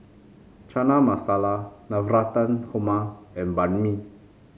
Chana Masala Navratan Korma and Banh Mi